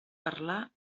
parlar